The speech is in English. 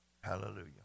Hallelujah